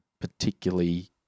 particularly